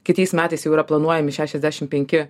kitais metais jau yra planuojami šešiasdešim penki